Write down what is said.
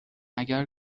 اگر